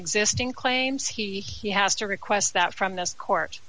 existing claims he he has to request that from the court